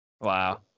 Wow